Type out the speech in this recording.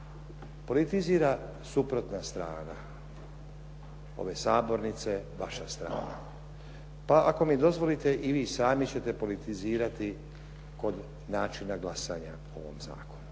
Politizira suprotna strana ove sabornice, vaša strana. Pa ako mi dozvolite, i vi sami ćete politizirati kod načina glasanja u ovom zakonu.